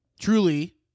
Truly